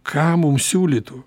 ką mums siūlytų